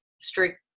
strict